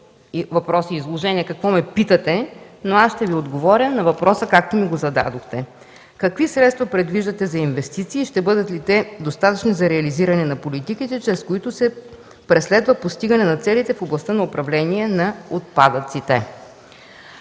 въпрос и изложение какво ме питате. Аз ще Ви отговоря на въпроса, както ми го зададохте: какви средства предвиждате за инвестиции и ще бъдат ли те достатъчни за реализиране на политиките, чрез които се преследва постигане на целите в областта на управление на отпадъците?